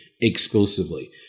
exclusively